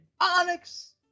Onyx